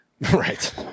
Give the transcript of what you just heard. Right